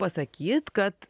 pasakyt kad